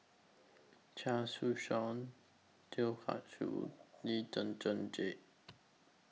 Chia Su Suan Teo Car Choo Lee Zhen Zhen Jane